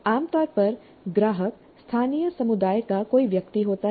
आमतौर पर ग्राहक स्थानीय समुदाय का कोई व्यक्ति होता है